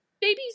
babies